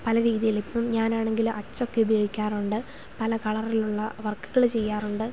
പല രീതിയിൽ ഇപ്പം ഞാൻ ആണെങ്കിൾ അച്ചൊക്കെ ഉപയോഗിക്കാറുണ്ട് പല കളറിലുള്ള വർക്കുകൾ ചെയ്യാറുണ്ട്